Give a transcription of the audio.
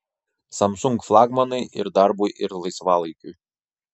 samsung flagmanai ir darbui ir laisvalaikiui